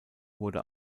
wurde